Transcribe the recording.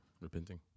repenting